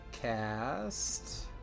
Cast